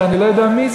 שאני לא יודע מי